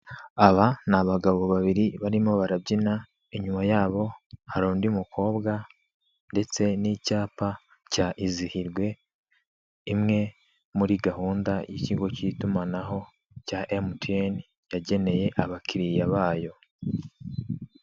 Aba ni abagabo babiri barimo barabyina, inyuma yabo hari undi mukobwa ndetse n'icyapa cya izihirwe, imwe muri gahunda y'ikigo cya'itumanaho cya MTN yageneye abakiriya bayo.